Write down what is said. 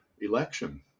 election